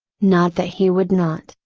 not that he would not,